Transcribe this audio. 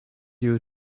you